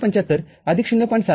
७५ ०